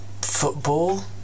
football